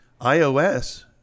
iOS